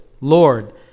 Lord